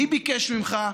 מי ביקש ממך?